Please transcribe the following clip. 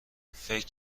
فکر